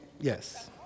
yes